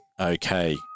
Okay